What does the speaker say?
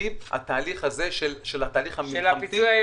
שסביב התהליך הזה של התהליך המלחמתי.